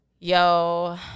yo